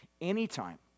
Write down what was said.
Anytime